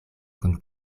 kun